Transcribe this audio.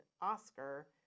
oscar